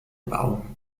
baum